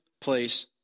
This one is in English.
place